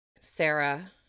Sarah